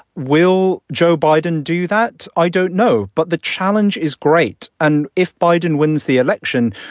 will joe biden do that? i don't know. but the challenge is great. and if biden wins the election,